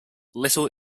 little